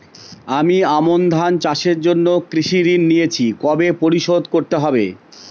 আমি আমন ধান চাষের জন্য কৃষি ঋণ নিয়েছি কবে পরিশোধ করতে হবে?